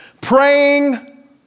Praying